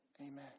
amen